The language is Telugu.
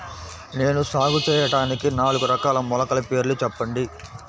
నేను సాగు చేయటానికి నాలుగు రకాల మొలకల పేర్లు చెప్పండి?